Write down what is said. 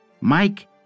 Mike